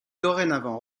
dorénavant